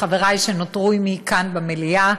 חבריי שנותרו עימי כאן במליאה,